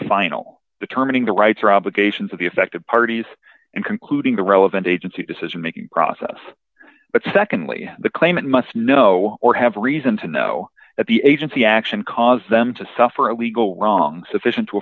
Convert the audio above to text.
final determining the rights or obligations of the affected parties including the relevant agency decision making process but secondly the claimant must know or have reason to know that the agency action caused them to suffer a legal wrong sufficient to